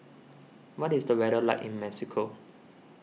what is the weather like in Mexico